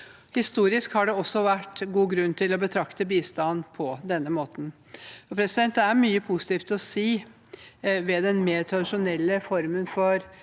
Historisk har det også vært god grunn til å betrakte bistand på denne måten. Det er mye positivt å si om den mer tradisjonelle formen for